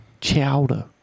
chowder